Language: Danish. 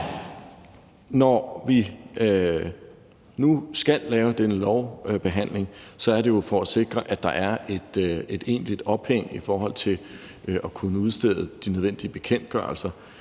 Når vi nu skal lave denne lovbehandling, er det jo for at sikre, at der er et egentligt ophæng i forhold til at kunne udstede de nødvendige bekendtgørelser,